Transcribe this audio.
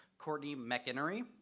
cortney mceniry,